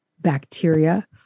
bacteria